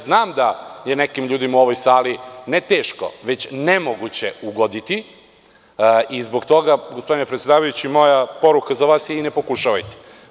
Znam da je nekim ljudima u ovoj sali ne teško, već nemoguće ugoditi, i zbog toga, gospodine predsedavajući, moja poruka za vas je i ne pokušavajte.